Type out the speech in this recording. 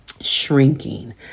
shrinking